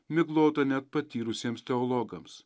miglota net patyrusiems teologams